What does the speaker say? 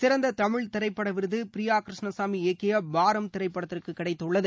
சிறந்த தமிழ் திரைப்பட விருது பிரியா கிருஷ்ணசாமி இயக்கிய பாரம் திரைப்படத்திற்கு கிடைத்துள்ளது